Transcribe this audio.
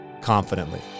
confidently